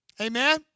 Amen